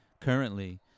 Currently